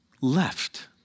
left